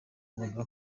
muganga